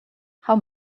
how